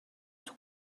توو